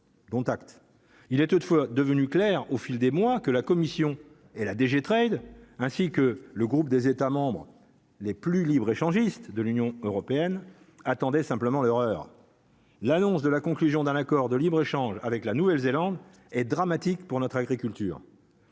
il est toutefois devenu clair au fil des mois que la commission et la déchetterie, ainsi que le groupe des États membres les plus libre-échangiste de l'Union européenne attendait simplement l'horreur, l'annonce de la conclusion d'un accord de libre-échange avec la Nouvelle-Zélande et dramatique pour notre agriculture.